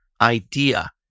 idea